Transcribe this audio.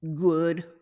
good